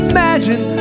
Imagine